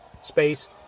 space